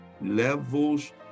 Levels